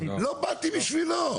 לא באתי בשבילו.